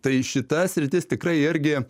tai šita sritis tikrai irgi